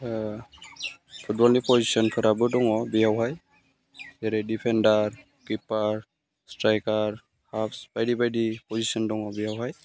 फुटबलनि पजिसनफोराबो दङ बेयावहाय जेरै डिफेनदार किफार स्ट्रायखार हाब्स बायदि बायदि पजिसन दङ बेयावहाय